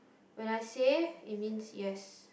when I say it means yes